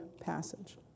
passage